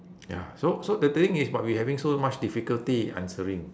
ya so so the the thing is but we having so much difficulty answering